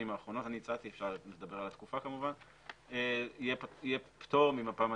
האחרונות אפשר לדבר על התקופה יהיה פטור ממפה מצבית.